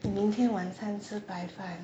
明天晚餐吃白饭